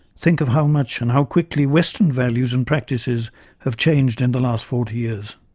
think of how much and how quickly western values and practices have changed in the last forty years.